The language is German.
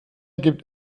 gibt